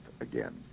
again